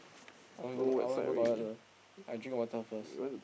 I want to I want to go toilet the I drink water first